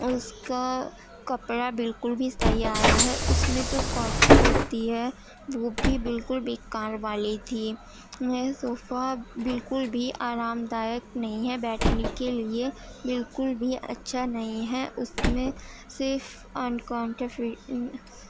اس کا کپڑا بالکل بھی صحیح آیا ہے اس میں جو کوٹن ہوتی ہے وہ بھی بالکل بیکار والی تھی وہ صوفہ بالکل بھی آرام دایک نہیں ہے بیٹھنے کے لیے بالکل بھی اچھا نہیں ہے اس میں صرف انکانٹافل